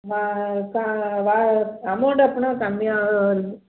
வா பா வா அமௌண்ட் அப்பன்னா கம்மியாக வருது